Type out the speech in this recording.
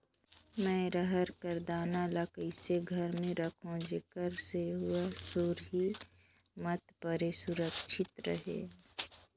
मैं अरहर कर दाल ला कइसे घर मे रखों जेकर से हुंआ सुरही मत परे सुरक्षित रहे?